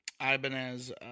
Ibanez